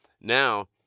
Now